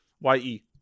Y-E